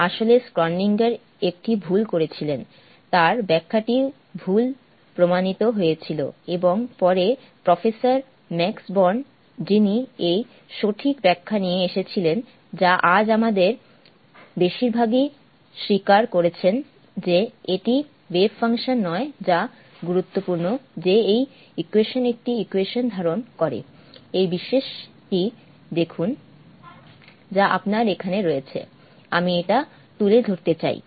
আসলে স্ক্রডিঙ্গার একটি ভুল করেছিলেন তার ব্যাখ্যাটি ভুল প্রমাণিত হয়েছিল এবং পরে প্রফেসর ম্যাক্স বোর্ন যিনি এই সঠিক ব্যাখ্যা নিয়ে এসেছিলেন যা আজ আমাদের বেশিরভাগই স্বীকার করেছেন যে এটি ওয়েভ ফাংশন নয় যা গুরুত্বপূর্ণ যে এই ইকুয়েশনটি একটি ইকুয়েশন ধারণ করে এই বিশেষটি দেখুন যা আপনার এখানে রয়েছে আমি এটা তুলে ধরতে চাই